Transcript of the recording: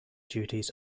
duties